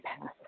pass